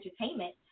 entertainment